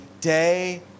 Day